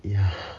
ya